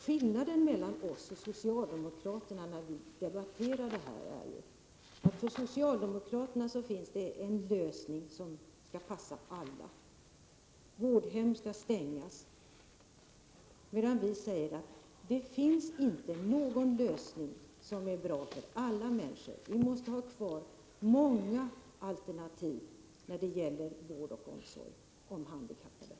Skillnaden mellan oss och socialdemokraterna i de här frågorna är att det för socialdemokraterna finns en lösning som skall passa alla — vårdhemmen skall stängas — medan vi säger att det inte finns någon lösning som är bra för samtliga, utan att vi måste ha kvar många alternativ när det gäller vård och omsorg om handikappade.